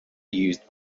used